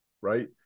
Right